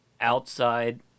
outside